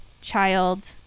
child